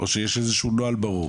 או שיש איזה שהוא נוהל ברור?